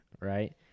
right